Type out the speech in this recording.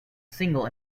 single